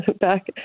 back